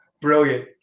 brilliant